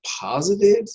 positive